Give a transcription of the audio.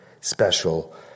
special